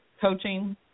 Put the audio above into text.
coaching